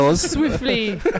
Swiftly